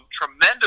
tremendous